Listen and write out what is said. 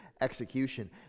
execution